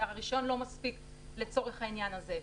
הרישיון לא מספיק לצורך העניין הזה.